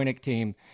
team